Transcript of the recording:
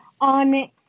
on